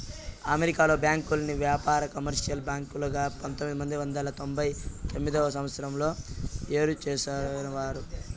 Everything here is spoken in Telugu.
అమెరికాలో బ్యాంకుల్ని వ్యాపార, కమర్షియల్ బ్యాంకులుగా పంతొమ్మిది వందల తొంభై తొమ్మిదవ సంవచ్చరంలో ఏరు చేసినారు